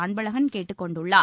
அன்பழகள் கேட்டுக் கொண்டுள்ளார்